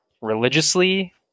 religiously